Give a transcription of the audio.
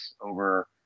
over